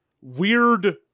weird